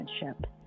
relationship